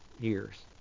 years